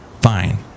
Fine